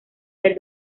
del